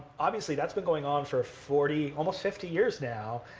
obviously, that's been going on for forty, almost fifty years now,